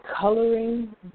coloring